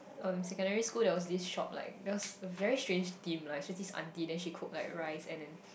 um secondary school there was this shop like just a very strange theme lah so this auntie then she cook like rice and then